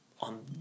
On